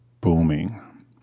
booming